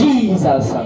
Jesus